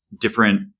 different